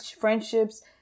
Friendships